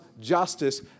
justice